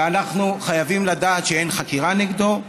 ואנחנו חייבים לדעת שאין חקירה נגדו.